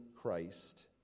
Christ